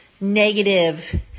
negative